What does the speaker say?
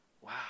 Wow